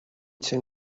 ten